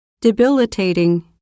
debilitating